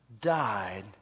died